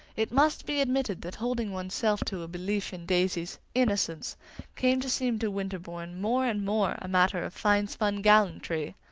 it must be admitted that holding one's self to a belief in daisy's innocence came to seem to winterbourne more and more a matter of fine-spun gallantry.